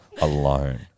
alone